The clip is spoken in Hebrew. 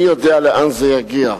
מי יודע לאן זה יגיע.